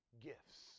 gifts